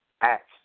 acts